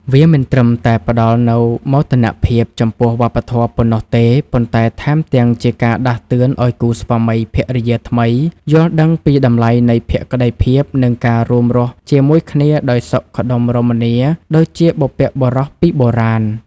វាមិនត្រឹមតែផ្តល់នូវមោទនភាពចំពោះវប្បធម៌ប៉ុណ្ណោះទេ ប៉ុន្តែថែមទាំងជាការដាស់តឿនឱ្យគូស្វាមីភរិយាថ្មីយល់ដឹងពីតម្លៃនៃភក្តីភាព និងការរួមរស់ជាមួយគ្នាដោយសុខដុមរមនាដូចជាបុព្វបុរសពីបុរាណ។